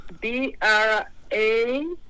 B-R-A